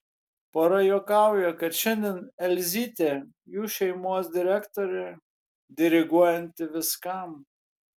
pora juokauja kad šiandien elzytė jų šeimos direktorė diriguojanti viskam